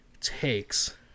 takes